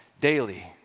daily